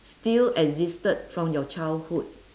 still existed from your childhood